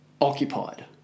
occupied